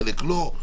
חלק לא.